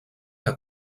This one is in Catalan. que